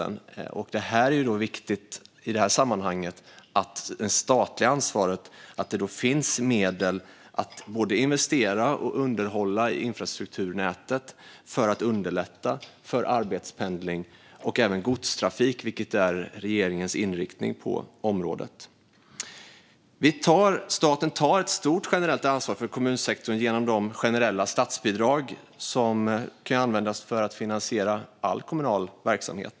Det är i detta sammanhang viktigt när det gäller det statliga ansvaret att det finns medel både att investera och att underhålla infrastrukturnätet för att underlätta för arbetspendling och även för godstrafik. Det är regeringens inriktning på området. Staten tar ett stort generellt ansvar för kommunsektorn genom de generella statsbidrag som kan användas för att finansiera all kommunal verksamhet.